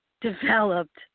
developed